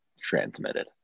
transmitted